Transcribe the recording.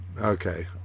okay